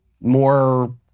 more